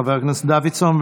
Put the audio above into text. חבר הכנסת דוידסון,